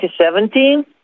2017